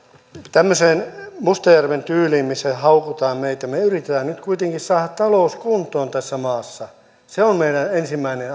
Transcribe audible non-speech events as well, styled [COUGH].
tämmöiseen mustajärven tyyliin haukutaan meitä me yritämme nyt kuitenkin saada talouden kuntoon tässä maassa se on meidän ensimmäinen [UNINTELLIGIBLE]